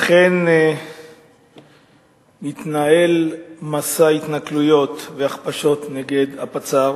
אכן התנהל מסע התנכלויות והכפשות נגד הפצ"ר